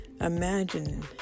imagine